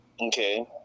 Okay